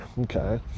okay